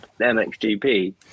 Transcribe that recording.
MXGP